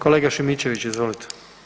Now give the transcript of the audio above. Kolega Šimičević, izvolite.